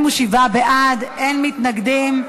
47 בעד, אין מתנגדים.